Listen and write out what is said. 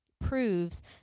proves